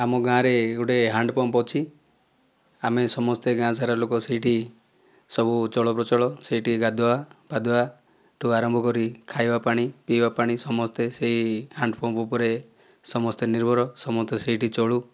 ଆମ ଗାଁରେ ଗୋଟିଏ ହ୍ୟାଣ୍ଡପମ୍ପ ଅଛି ଆମେ ସମସ୍ତଏ ଗାଁ ସାରା ଲୋକ ସେଇଠି ସବୁ ଚଳ ପ୍ରଚଳ ସେଇଠି ଗାଧୁଆ ପାଧୁଆ ଠାରୁ ଆରମ୍ଭ କରି ଖାଇବା ପାଣି ପିଇବା ପାଣି ସମସ୍ତେ ସେହି ହ୍ୟାଣ୍ଡପମ୍ପ ଉପରେ ସମସ୍ତେ ନିର୍ଭର ସମସ୍ତେ ସେଇଠି ଚଳୁ